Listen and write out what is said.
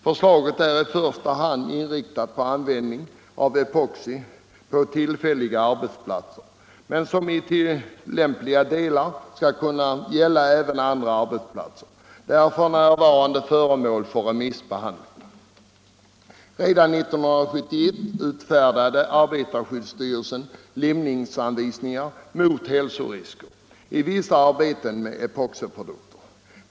Förslaget är i första hand inriktat på användning av epoxi på tillfälliga arbetsplatser men skall i tillämpliga delar även kunna gälla andra arbetsplatser. Förslaget är f.n. föremål för remissbehandling. Redan 1971 utfärdade arbetarskyddsstyrelsen limningsanvisningar mot hälsorisker i vissa arbeten med epoxiprodukter.